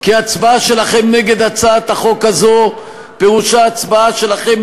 כי ההצבעה שלכם נגד הצעת החוק הזו פירושה הצבעה שלכם